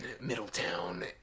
Middletown